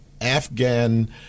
Afghan